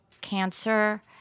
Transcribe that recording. cancer